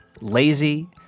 lazy